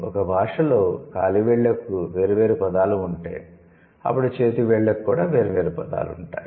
ఒక భాషలో కాలి వేళ్ళకు వేర్వేరు పదాలు ఉంటే అప్పుడు చేతి వేళ్ళకు కూడా వేర్వేరు పదాలు ఉంటాయి